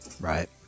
right